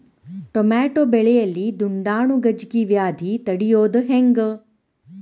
Tomato ಬೆಳೆಯಲ್ಲಿ ದುಂಡಾಣು ಗಜ್ಗಿ ವ್ಯಾಧಿ ತಡಿಯೊದ ಹೆಂಗ್?